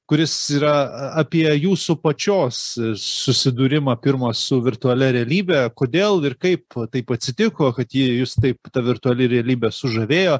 kuris yra apie jūsų pačios susidūrimą pirmą su virtualia realybe kodėl ir kaip taip atsitiko kad ji jus taip ta virtuali realybė sužavėjo